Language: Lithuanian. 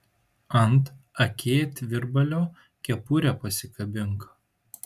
ant akėtvirbalio kepurę pasikabink